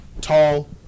Tall